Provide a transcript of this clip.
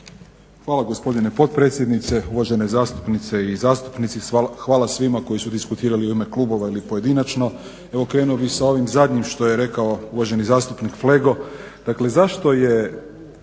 Hvala gospodine potpredsjedniče, uvažene zastupnice i zastupnici, hvala svima koji su diskutirali u ime klubova ili pojedinačno. Evo krenuo bi sa ovim zadnjim što je rekao uvaženi zastupnik Flego. Dakle, zašto je